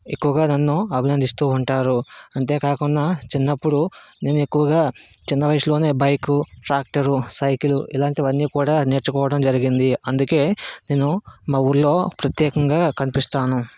ఎక్కువగా నన్ను అభినందిస్తూ ఉంటారు అంతేకాకుండా చిన్నప్పుడు నేను ఎక్కువగా చిన్న వయసులోనే బైకు ట్రాక్టర్ సైకిల్ ఇలాంటివన్నీ కూడా నేర్చుకోవడం జరిగింది అందుకే నేను మా ఊర్లో ప్రత్యేకంగా కనిపిస్తాను